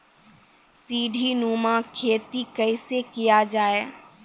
सीडीनुमा खेती कैसे किया जाय?